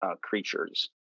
creatures